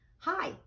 Hi